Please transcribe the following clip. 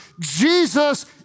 Jesus